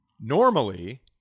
Normally